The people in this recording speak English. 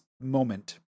moment